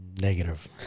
Negative